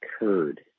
occurred